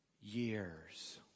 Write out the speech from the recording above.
years